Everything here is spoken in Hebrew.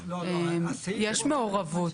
יש מעורבות.